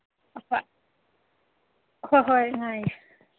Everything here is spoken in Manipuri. ꯑꯍꯣꯏ ꯍꯣꯏ ꯍꯣꯏ ꯉꯥꯏꯒꯦ